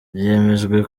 byemejwe